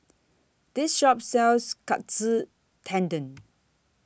This Shop sells Katsu Tendon